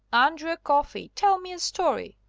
andrew coffey! tell me a story.